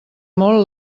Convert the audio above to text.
molt